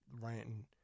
ranting